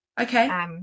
okay